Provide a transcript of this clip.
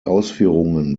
ausführungen